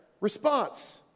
response